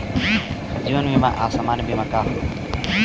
जीवन बीमा आ सामान्य बीमा का ह?